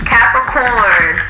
Capricorn